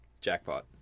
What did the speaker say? Jackpot